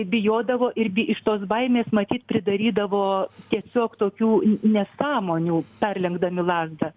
bijodavo ir bi iš tos baimės matyt pridarydavo tiesiog tokių nesąmonių perlenkdami lazdą